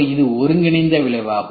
இதுவே ஒருங்கிணைந்த விளைவாகும்